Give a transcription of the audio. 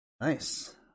Nice